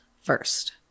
first